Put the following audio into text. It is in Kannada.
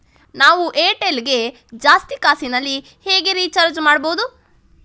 ನಾವು ಏರ್ಟೆಲ್ ಗೆ ಜಾಸ್ತಿ ಕಾಸಿನಲಿ ಹೇಗೆ ರಿಚಾರ್ಜ್ ಮಾಡ್ಬಾಹುದು?